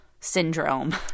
syndrome